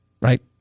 right